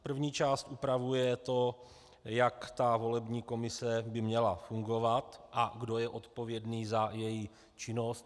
První část upravuje to, jak by volební komise měla fungovat a kdo je odpovědný za její činnost.